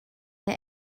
neu